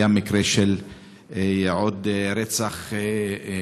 היה עוד מקרה של רצח בלוד.